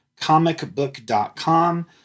comicbook.com